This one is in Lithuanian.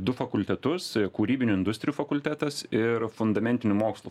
du fakultetus kūrybinių industrijų fakultetas ir fundamentinių mokslų